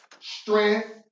strength